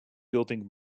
building